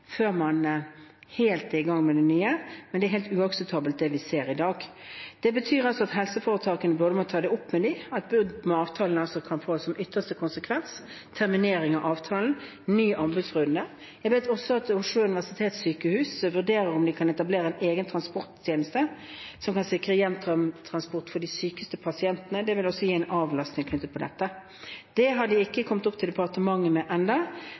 før man er helt i gang med det nye, men det er helt uakseptabelt det vi ser i dag. Dette betyr at helseforetakene må ta opp med dem at brudd på avtalen kan få som ytterste konsekvens terminering av avtalen og ny anbudsrunde. Jeg vet også at Oslo universitetssykehus vurderer om de kan etablere en egen transporttjeneste som kan sikre hjemtransport for de sykeste pasientene. Det vil også gi en avlastning knyttet til dette. Det har de ikke kommet opp til departementet med